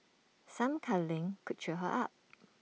some cuddling could cheer her up